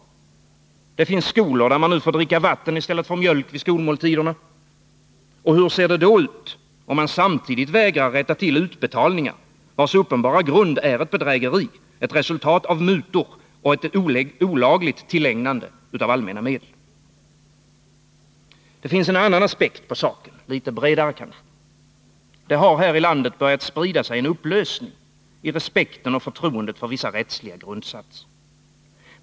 Det finns skolor där man nu får dricka vatten i stället för mjölk vid skolmåltiderna. Hur ser det då ut, om man samtidigt vägrar rätta till utbetalningar, vilkas uppenbara grund är ett bedrägeri, ett resultat av mutor och ett olagligt tillägnande av allmänna medel? Det finns en annan, kanske litet bredare aspekt på saken. Det har här i landet börjat sprida sig en upplösning i respekten och förtroendet för vissa rättsliga grundsatser.